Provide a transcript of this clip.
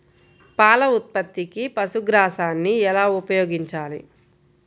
పాల ఉత్పత్తికి పశుగ్రాసాన్ని ఎలా ఉపయోగించాలి?